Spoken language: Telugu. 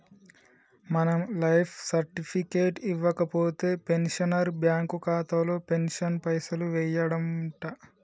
మనం లైఫ్ సర్టిఫికెట్ ఇవ్వకపోతే పెన్షనర్ బ్యాంకు ఖాతాలో పెన్షన్ పైసలు యెయ్యడంట